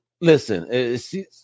Listen